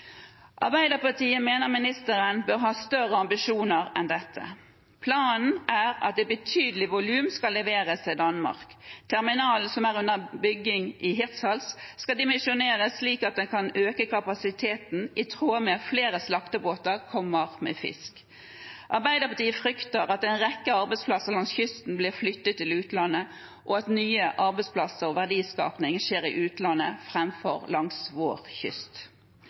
Arbeiderpartiet mener ministeren bør ha større ambisjoner enn dette. Planen er at et betydelig volum skal leveres til Danmark. Terminalen som er under bygging i Hirtshals, skal dimensjoneres slik at den kan øke kapasiteten i tråd med at flere slaktebåter kommer med fisk. Arbeiderpartiet frykter at en rekke arbeidsplasser langs kysten blir flyttet til utlandet, og at nye arbeidsplasser opprettes og verdiskaping skjer i utlandet framfor langs vår kyst.